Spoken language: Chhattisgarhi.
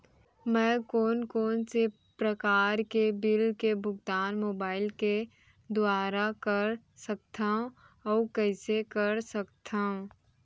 मैं कोन कोन से प्रकार के बिल के भुगतान मोबाईल के दुवारा कर सकथव अऊ कइसे कर सकथव?